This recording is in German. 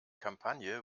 kampagne